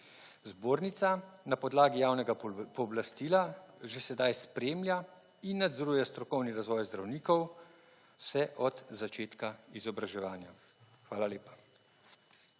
Zbornica na podlagi javnega pooblastila že sedaj spremlja in nadzoruje strokovni razvoj zdravnikov vse od začetka izobraževanja. Hvala lepa.